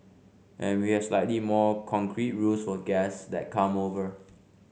and we have slightly more concrete rules for guests that come over